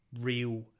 real